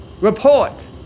report